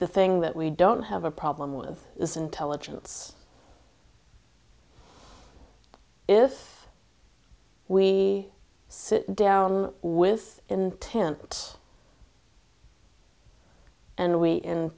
the thing that we don't have a problem with is intelligence if we sit down with intent and w